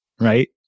right